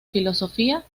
filosofía